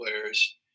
players